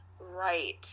Right